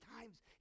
times